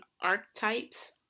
archetypes